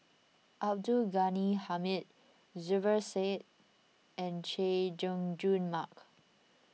Abdul Ghani Hamid Zubir Said and Chay Jung Jun Mark